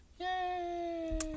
Yay